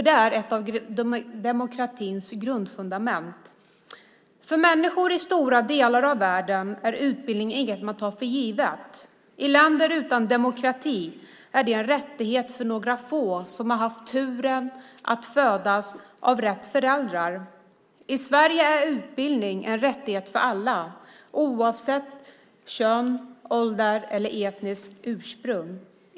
Det är ett av demokratins grundfundament. För människor i stora delar av världen är utbildning inget man tar för givet. I länder utan demokrati är det en rättighet för några få som har haft turen att födas av rätt föräldrar. I Sverige är utbildning en rättighet för alla oavsett kön, ålder eller etniskt ursprung.